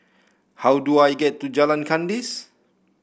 how do I get to Jalan Kandis